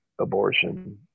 abortion